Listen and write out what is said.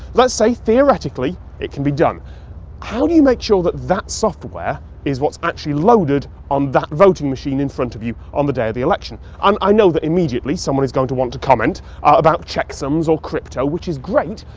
let's say theoretically it can be done. but how do you make sure that that software is what's actually loaded on that voting machine in front of you on the day of the election? and i know that immediately, someone is going to want to comment about checksums or crypto. which is great,